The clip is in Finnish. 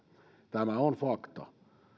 tämä on fakta